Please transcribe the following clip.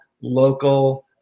local